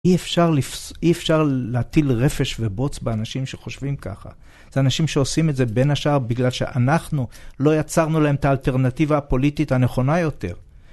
אי אפשר להטיל רפש ובוץ באנשים שחושבים ככה. זה אנשים שעושים את זה בין השאר בגלל שאנחנו לא יצרנו להם את האלטרנטיבה הפוליטית הנכונה יותר.